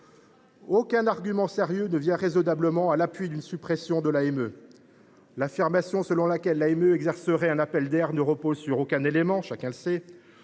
Aucun argument sérieux ne vient raisonnablement à l’appui d’une suppression de l’AME. L’affirmation selon laquelle cette dernière créerait un appel d’air ne repose sur aucun élément, chacun le sait.